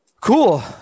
Cool